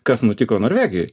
kas nutiko norvegijoj